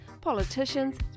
politicians